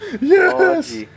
Yes